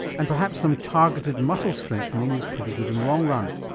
and perhaps some targeted muscle strengthening is pretty good in the long run.